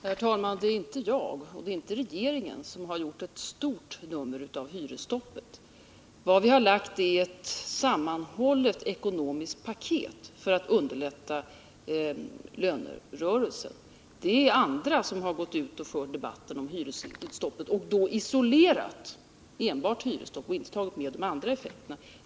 Herr talman! Det är inte jag och inte regeringen som har gjort ett stort nummer av hyresstoppet. Vad vi har lagt fram är ett sammanhållet ekonomiskt paket för att underlätta lönerörelsen. Det är andra som har gått ut och fört debatten om hyresstoppet isolerat och inte tagit med de övriga effekterna.